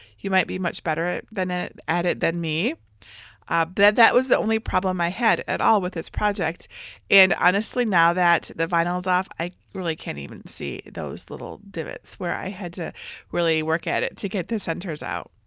you might be much better ah at it than me but that that was the only problem i had at all with this project and honestly, now that the vinyl's off, i really can't even see those little divots where i had to really work at it to get the centers out.